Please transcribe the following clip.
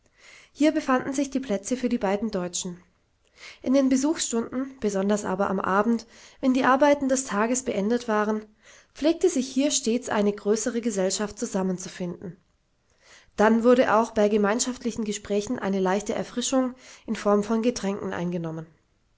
hier befanden sich die plätze für die beiden deutschen in den besuchsstunden besonders aber am abend wenn die arbeiten des tages beendet waren pflegte sich hier stets eine größere gesellschaft zusammenzufinden dann wurde auch bei gemeinschaftlichen gesprächen eine leichte erfrischung in form von getränken eingenommen